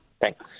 Thanks